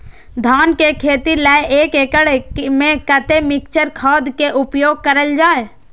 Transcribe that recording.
धान के खेती लय एक एकड़ में कते मिक्चर खाद के उपयोग करल जाय?